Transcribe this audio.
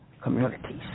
communities